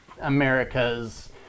America's